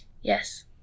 Yes